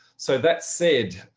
so that said,